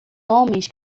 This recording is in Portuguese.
homens